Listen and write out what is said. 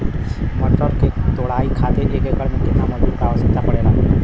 मटर क तोड़ाई खातीर एक एकड़ में कितना मजदूर क आवश्यकता पड़ेला?